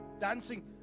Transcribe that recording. dancing